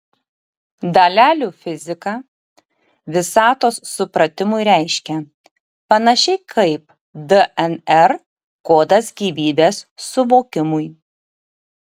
dalelių fizika visatos supratimui reiškia panašiai kaip dnr kodas gyvybės suvokimui